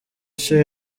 nshya